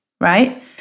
right